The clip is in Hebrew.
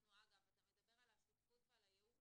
אגב, אתה מדבר על השותפות ועל הייעוץ.